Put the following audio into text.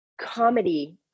comedy